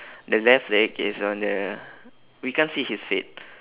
the left leg is on the we can't see his feet